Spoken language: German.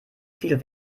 viel